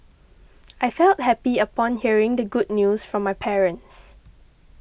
I felt happy upon hearing the good news from my parents